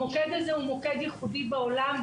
המוקד הזה הוא ייחודי בעולם.